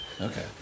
Okay